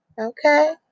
Okay